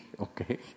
okay